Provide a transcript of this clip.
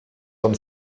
von